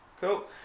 Cool